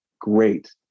great